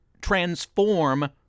transform